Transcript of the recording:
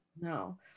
No